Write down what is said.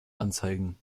anzeigen